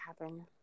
happen